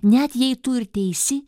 net jei tu ir teisi